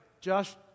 Josh